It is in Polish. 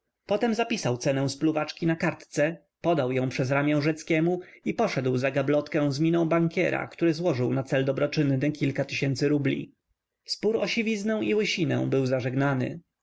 potem zapisał cenę spluwaczki na kartce podał ją przez ramię rzeckiemu i poszedł za gablotkę z miną bankiera który złożył na cel dobroczynny kilka tysięcy rubli spór o siwiznę i łysinę był